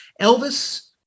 Elvis